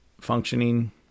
functioning